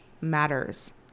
matters